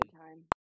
time